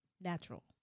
natural